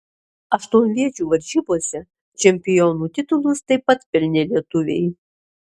aštuonviečių varžybose čempionų titulus taip pat pelnė lietuviai